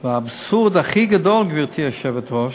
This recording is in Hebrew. והאבסורד הכי גדול, גברתי היושבת-ראש,